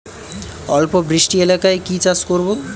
অল্প বৃষ্টি এলাকায় কি চাষ করব?